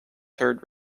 third